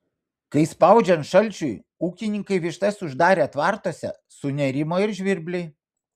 kai spaudžiant šalčiui ūkininkai vištas uždarė tvartuose sunerimo ir žvirbliai